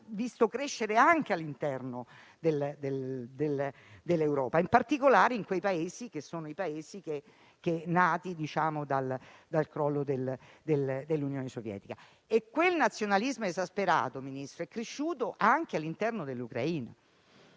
visto crescere anche all'interno dell'Europa, in particolare nei Paesi nati dal crollo dell'Unione Sovietica, e quel nazionalismo esasperato è cresciuto anche all'interno dell'Ucraina.